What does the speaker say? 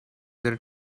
their